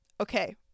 okay